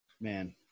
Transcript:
Man